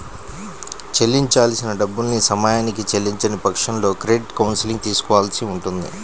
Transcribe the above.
చెల్లించాల్సిన డబ్బుల్ని సమయానికి చెల్లించని పక్షంలో క్రెడిట్ కౌన్సిలింగ్ తీసుకోవాల్సి ఉంటది